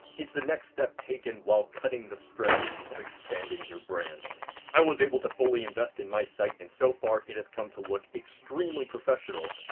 it's the next step taken while cutting the stress of expanding your brand i was able to fully invest in my site, and so far it has come to look extremely professional.